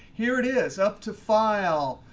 here it is, up to file,